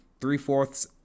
three-fourths